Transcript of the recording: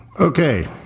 Okay